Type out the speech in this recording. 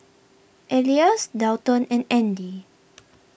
Elias Dalton and andy